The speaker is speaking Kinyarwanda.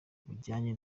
bujyanye